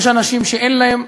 יש אנשים שאין להם,